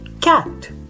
cat